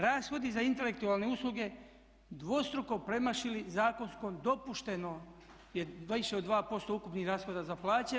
Rashodi za intelektualne usluge dvostruko premašili zakonsko dopušteno je više od 2% ukupnih rashoda za plaće.